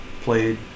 played